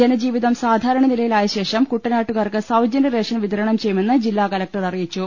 ജവജീവിതം സാധാ രണ നിലയിലായ ശേഷം കുട്ടനാട്ടുകാർക്ക് സൌജന്യ റേഷൻ വിത രണം ചെയ്യുമെന്ന് ജില്ലാകലക്ടർ അറിയിച്ചു